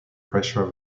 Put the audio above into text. pressure